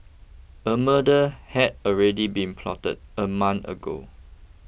a murder had already been plotted a month ago